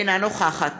אינה נוכחת